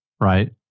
right